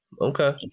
Okay